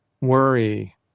worry